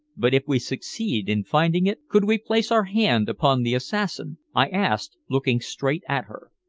but if we succeed in finding it, could we place our hand upon the assassin? i asked, looking straight at her.